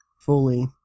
fully